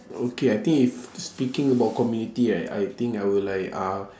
okay I think if speaking about community right I think I will like uh